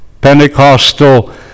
Pentecostal